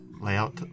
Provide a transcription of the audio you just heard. layout